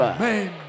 Amen